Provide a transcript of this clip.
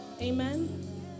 Amen